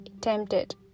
tempted